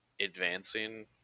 advancing